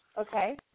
Okay